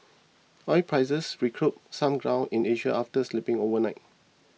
oil prices recouped some ground in Asia after slipping overnight